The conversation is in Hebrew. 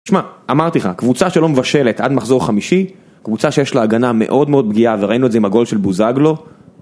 שמע, אמרתי לך, קבוצה שלא מבשלת עד מחזור חמישי, קבוצה שיש לה הגנה מאוד מאוד פגיעה וראינו את זה עם הגול של בוזגלו